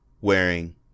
wearing